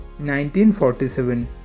1947